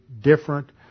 different